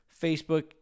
Facebook